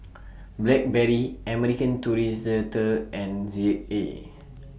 Blackberry American Tourister and Z A